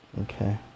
Okay